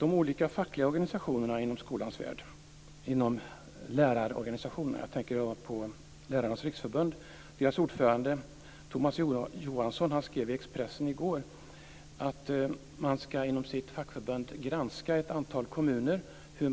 När det gäller de fackliga organisationerna inom skolans värld, lärarorganisationerna, tänker jag på Lärarnas Riksförbund. Dess ordförande Tomas Johansson skrev i går i Expressen att man inom sitt fackförbund skall granska hur skolpolitiken genomförs i ett antal kommuner och hur